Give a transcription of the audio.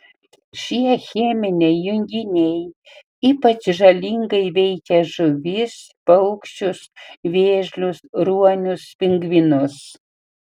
šie cheminiai junginiai ypač žalingai veikia žuvis paukščius vėžlius ruonius pingvinus